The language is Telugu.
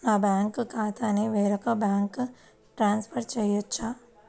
నా బ్యాంక్ ఖాతాని వేరొక బ్యాంక్కి ట్రాన్స్ఫర్ చేయొచ్చా?